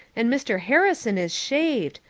and mr. harrison is shaved,